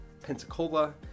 Pensacola